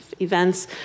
events